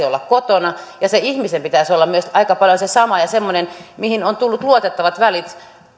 olla kotona ja sen ihmisen pitäisi olla myös aika paljon se sama ja semmoinen johon on tullut luotettavat välit